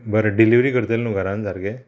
बरें डिलीवरी करतले न्हू घरान सारके